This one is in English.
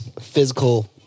physical